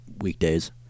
weekdays